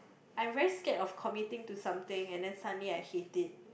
I very scared of commiting to something and then suddenly I hate it